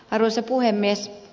arvoisa puhemies